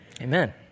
Amen